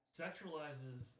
sexualizes